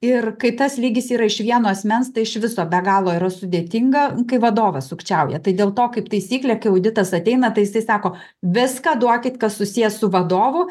ir kai tas lygis yra iš vieno asmens tai iš viso be galo yra sudėtinga kai vadovas sukčiauja tai dėl to kaip taisyklė kai auditas ateina tai jisai sako viską duokit kas susiję su vadovu